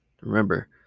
Remember